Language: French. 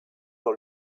dans